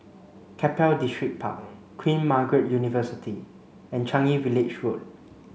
Keppel Distripark Queen Margaret University and Changi Village Road